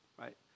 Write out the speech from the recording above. right